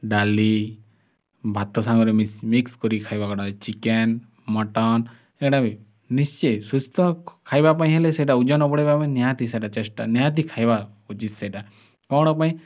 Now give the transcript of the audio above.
ଡ଼ାଲି ଭାତ ସାଙ୍ଗରେ ମିକ୍ସ କରି ଖାଇବା ଗୋଟା ଚିକେନ ମଟନ ଏଇଟା ବି ନିଶ୍ଚେ ସୁସ୍ଥ ଖାଇବା ପାଇଁ ହେଲେ ସେଇଟା ଓଜନ ବଢ଼ାଇବା ପାଇଁ ନିହାତି ସେଇଟା ଚେଷ୍ଟା ନିହାତି ଖାଇବା ହେଉଛି ସେଇଟା କ'ଣ ପାଇଁ